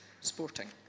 sporting